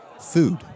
food